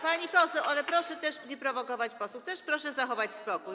Pani poseł, proszę nie prowokować posłów, też proszę zachować spokój.